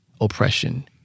oppression